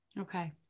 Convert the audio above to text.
Okay